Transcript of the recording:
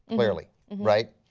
clearly. right?